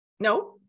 No